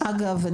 אגב,